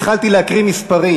התחלתי להקריא מספרים.